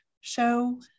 show